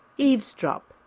eavesdrop,